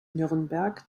nürnberg